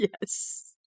Yes